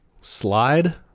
slide